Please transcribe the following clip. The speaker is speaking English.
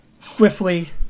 swiftly